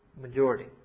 Majority